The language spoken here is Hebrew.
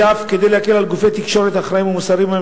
יהיה אף להקל על גופי תקשורת אחראיים ומוסריים,